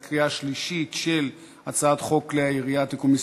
שלישית של הצעת חוק כלי הירייה (תיקון מס'